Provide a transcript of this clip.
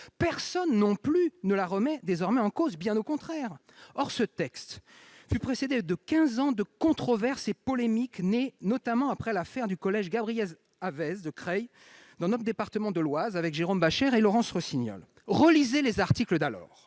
personne non plus ne la remet désormais en cause, bien au contraire. Or ce texte fut précédé de quinze ans de controverses et de polémiques nées, notamment, après l'affaire du collège Gabriel-Havez de Creil, dans le département de l'Oise, dont Jérôme Bascher et Laurence Rossignol sont, comme moi, les élus.